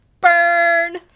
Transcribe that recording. burn